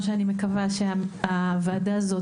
אני מקווה שהוועדה הזאת,